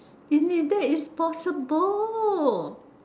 in it that is possible